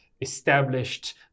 established